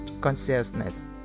consciousness